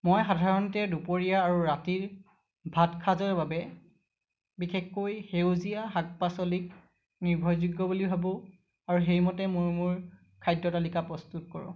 মই সাধাৰণতে দুপৰীয়া আৰু ৰাতিৰ ভাত সাঁজৰ বাবে বিশেষকৈ সেউজীয়া শাক পাচলিক নিৰ্ভৰযোগ্য বুলি ভাবোঁ আৰু সেইমতে মই মোৰ খাদ্য তালিকা প্ৰস্তুত কৰোঁ